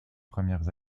premières